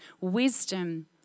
wisdom